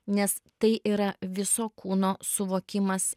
nes tai yra viso kūno suvokimas